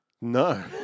No